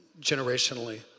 generationally